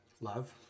love